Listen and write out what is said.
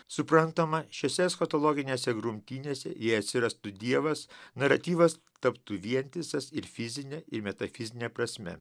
suprantama šiose eschatologiniuose grumtynėse jei atsirastų dievas naratyvas taptų vientisas ir fizine ir metafizine prasme